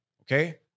Okay